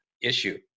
issue